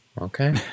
okay